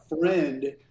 friend